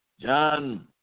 John